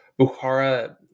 Bukhara